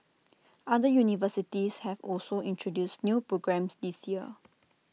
other universities have also introduced new programmes this year